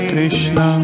Krishna